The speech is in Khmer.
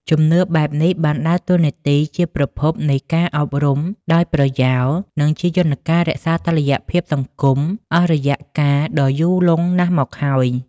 ជំនឿបែបនេះបានដើរតួនាទីជាប្រភពនៃការអប់រំដោយប្រយោល និងជាយន្តការរក្សាតុល្យភាពសង្គមអស់រយៈកាលដ៏យូរលង់ណាស់មកហើយ។